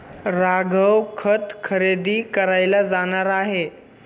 राघव खत खरेदी करायला जाणार आहे